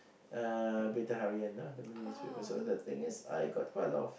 uh Berita-Harian ah the Malay newspaper so the thing is I got quite a lot of